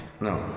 No